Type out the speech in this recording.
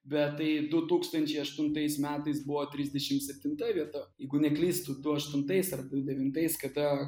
bet tai du tūkstančiai aštuntais metais buvo trisdešim septinta vieta jeigu neklystu du aštuntais ar tai devintais kada